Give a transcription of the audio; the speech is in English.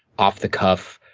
off the cuff,